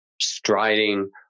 striding